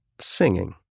singing